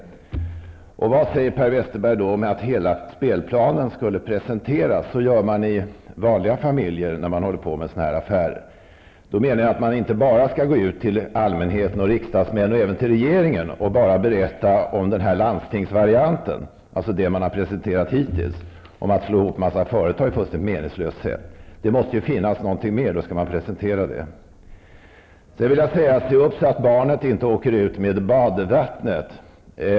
Vad säger Per Westerberg om att hela spelplanen skall presenteras? Så gör man i vanliga familjer när man håller på med sådana här affärer. Då menar jag att man inte bara skall gå ut till allmänheten, till riksdagsledamöter och regeringen och berätta om landstingsvarianten, alltså det som har presenterats hittills, om att slå ihop en mängd företag till en meningslöshet. Det måste finnas något mer när man skall presentera planerna. Sedan vill jag säga: Se till att barnet inte åker ut med badvattnet.